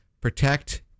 protect